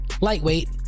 lightweight